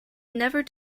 never